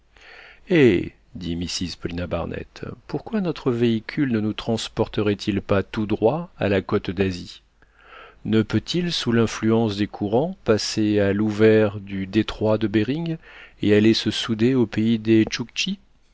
eh dit mrs paulina barnett pourquoi notre véhicule ne nous transporterait il pas tout droit à la côte d'asie ne peut-il sous l'influence des courants passer à l'ouvert du détroit de behring et aller se souder au pays des